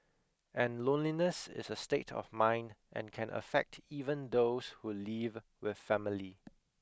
and loneliness is a state of mind and can affect even those who live with family